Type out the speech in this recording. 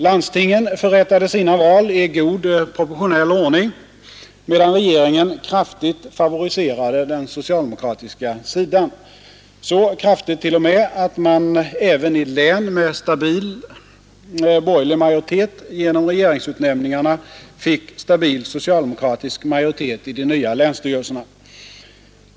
Landstingen förrättade sina val i god proportionell ordning, medan regeringen kraftigt favoriserade den socialdemokratiska sidan, så kraftigt t.o.m. att man även i län med stabil borgerlig majoritet genom regeringsutnämningarna fick stabil socialdemokratisk majoritet i de nya länsstyrelserna.